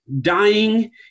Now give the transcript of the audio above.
dying